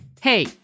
Hey